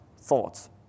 Thoughts